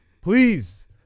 please